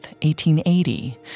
1880